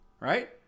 right